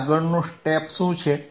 હવે આગળનું સ્ટેપ શું છે